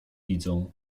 widzą